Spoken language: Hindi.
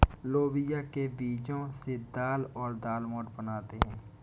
लोबिया के बीजो से दाल और दालमोट बनाते है